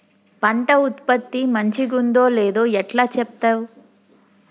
పంట ఉత్పత్తి మంచిగుందో లేదో ఎట్లా చెప్తవ్?